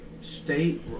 state